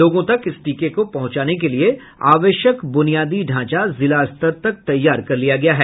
लोगों तक इस टीके को पहुंचाने के लिए आवश्यक बुनियादी ढांचा जिलास्तर तक तैयार कर लिया गया है